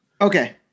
okay